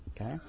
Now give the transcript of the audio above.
Okay